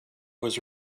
was